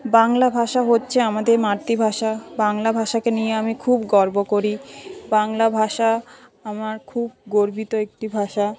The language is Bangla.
বাংলা ভাষা হচ্ছে আমাদের মাতৃভাষা বাংলা ভাষাকে নিয়ে আমি খুব গর্ব করি বাংলা ভাষা আমার খুব গর্বিত একটি ভাষা